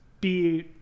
be-